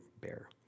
bear